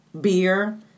beer